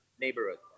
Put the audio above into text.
neighborhood